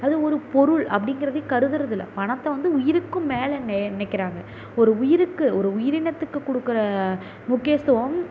அது ஒரு பொருள் அப்படிங்கிறதே கருதுறதில்லை பணத்தை வந்து உயிருக்கும் மேலே நெ நினைக்கிறாங்க ஒரு உயிருக்கு ஒரு உயிரினத்துக்கு கொடுக்குற முக்கியத்துவம்த்த